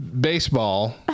baseball